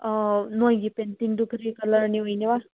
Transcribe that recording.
ꯅꯣꯏꯒꯤ ꯄꯦꯟꯇꯤꯡꯗꯨ ꯀꯔꯤ ꯀꯂꯔꯅ ꯑꯣꯏꯅꯦꯕ